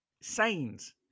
signs